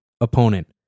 opponent